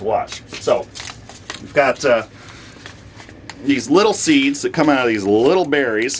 to watch so we've got these little seeds that come out of these little berries